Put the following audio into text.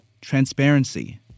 Transparency